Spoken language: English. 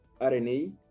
rna